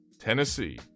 Tennessee